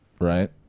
right